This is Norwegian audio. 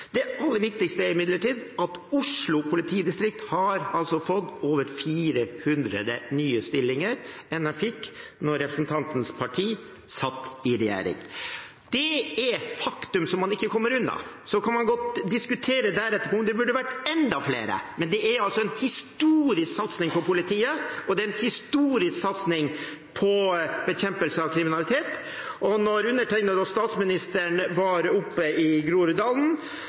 Det aller viktigste er imidlertid at Oslo politidistrikt har fått over 400 nye stillinger mer enn det de fikk da representantens parti satt i regjering. Det er et faktum som man ikke kommer unna. Så kan man godt diskutere om det burde vært enda flere, men det er en historisk satsing på politiet, og det er en historisk satsing på bekjempelse av kriminalitet. Da undertegnede og statsministeren var oppe i